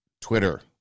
Twitter